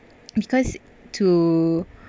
because to